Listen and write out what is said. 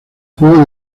juego